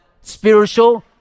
spiritual